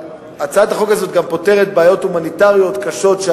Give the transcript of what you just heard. הצעת החוק הזאת גם פותרת בעיות הומניטריות קשות של